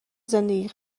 زندگی